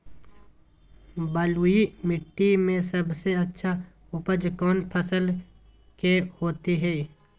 बलुई मिट्टी में सबसे अच्छा उपज कौन फसल के होतय?